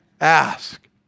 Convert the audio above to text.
Ask